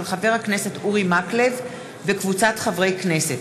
של חבר הכנסת אורי מקלב וקבוצת חברי הכנסת,